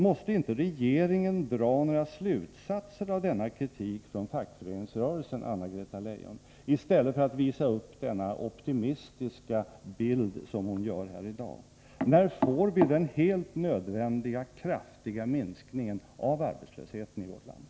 Måste inte regeringen dra några slutsatser av denna kritik från fackföreningsrörelsen, Anna-Greta Leijon, i stället för att visa upp den optimistiska bild som presenterats här i dag? När får vi den helt nödvändiga kraftiga minskningen av arbetslösheten i vårt land?